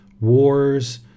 wars